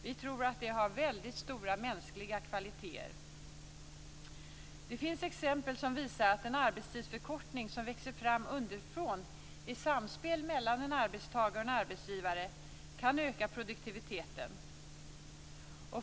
Vi tror att det har väldigt stora mänskliga kvaliteter. Det finns exempel som visar att en arbetstidsförkortning som växer fram underifrån - i samspel mellan en arbetstagare och en arbetsgivare - kan öka produktiviteten.